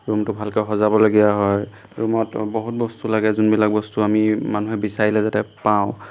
ৰুমটো ভালকৈ সজাবলগীয়া হয় ৰুমত বহুত বস্তু লাগে যিবিলাক বস্তু আমি মানুহে বিচাৰিলে যাতে পাওঁ